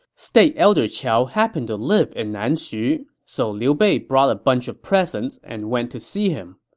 state elder qiao happened to live in nanxu, so liu bei brought a bunch of presents and went to see him.